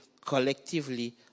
collectively